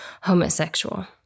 homosexual